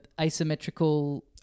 asymmetrical